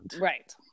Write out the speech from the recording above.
right